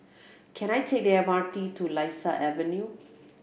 can I take the M R T to Lasia Avenue